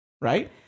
right